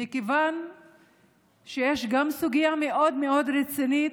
מכיוון שיש גם סוגיה רצינית